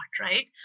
right